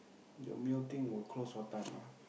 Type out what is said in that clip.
the mio thing will close what time ah